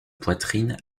poitrine